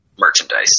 merchandise